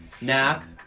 Nap